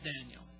Daniel